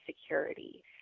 security